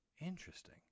Interesting